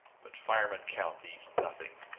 but firemen count these nothing,